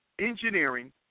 engineering